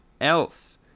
else